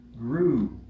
grew